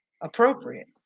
appropriate